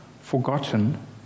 forgotten